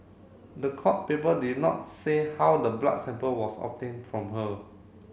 the court paper did not say how the blood sample was obtained from her